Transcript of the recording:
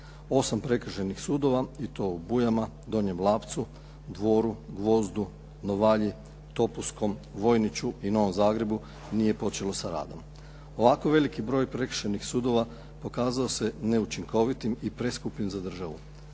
8 prekršajnih sudova i to Bujama, Donjem Lapcu, Dvoru, Gvozdu, Novalji, Topuskom, Vojniću i Novom Zagrebu nije počelo sa radom. Ovako veliki broj prekršajnih sudova pokazao se neučinkovitim i preskupim za državu.